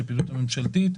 בעולם של פעילות ממשלתית.